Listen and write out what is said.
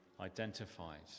identified